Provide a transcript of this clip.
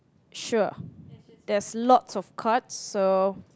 sure there's lots of cards so